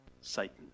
Satan